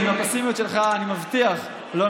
זה המצב.